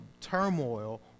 turmoil